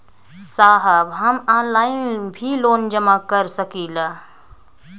साहब हम ऑनलाइन भी लोन जमा कर सकीला?